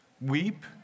weep